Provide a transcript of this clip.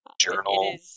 Journal